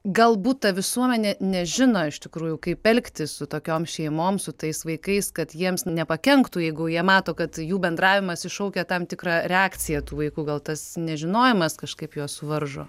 galbūt ta visuomenė nežino iš tikrųjų kaip elgtis su tokiom šeimom su tais vaikais kad jiems nepakenktų jeigu jie mato kad jų bendravimas iššaukia tam tikrą reakciją tų vaikų gal tas nežinojimas kažkaip juos varžo